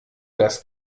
das